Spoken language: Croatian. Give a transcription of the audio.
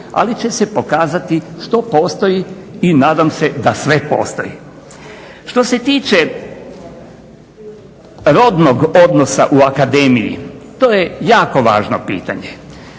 ali će se pokazati što postoji i nadam se da sve postoji. Što se tiče rodnog odnosa u akademiji, to je jako važno pitanje.